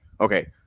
okay